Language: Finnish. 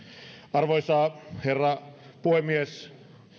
arvoisa herra puhemies